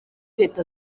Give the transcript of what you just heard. leta